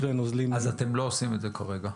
אז אתם לא עושים את זה כרגע.